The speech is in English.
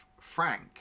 Frank